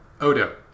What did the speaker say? Odo